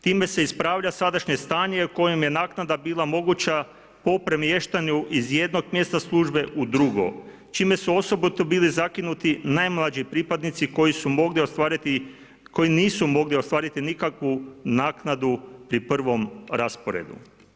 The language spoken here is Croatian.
Time se ispravlja sadašnje stanje u kojem je naknada bila moguća po premještanju iz jednog mjesta službe u drugo čime su osobito bili zakinuti najmlađi pripadnici koji nisu mogli ostvariti nikakvu naknadu pri prvom rasporedu.